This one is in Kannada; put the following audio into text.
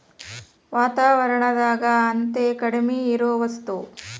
ವಾತಾವರಣದಾಗ ಅತೇ ಕಡಮಿ ಇರು ವಸ್ತು